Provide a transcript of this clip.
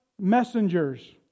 messengers